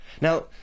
Now